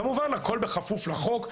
כמובן הכל בכפוף לחוק,